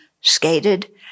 skated